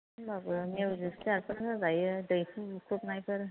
होमबाबो मिउजिक चियारखौनो होजायो दैहु बुख्रुबनायफोर